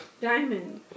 Diamond